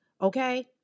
Okay